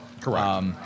Correct